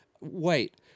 wait